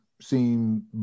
Seem